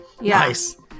Nice